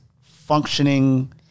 functioning